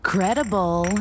Credible